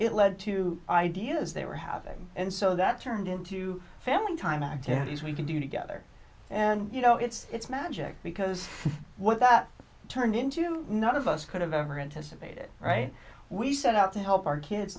it led to ideas they were having and so that turned into family time activities we can do together and you know it's magic because what that turned into none of us could have ever anticipated right we set out to help our kids